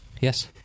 Yes